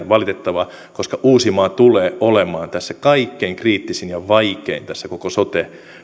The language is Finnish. valitettavaa koska uusimaa tulee olemaan kaikkein kriittisin ja vaikein tässä koko sote